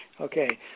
Okay